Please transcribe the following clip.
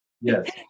Yes